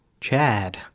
Chad